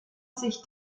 sich